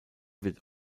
wird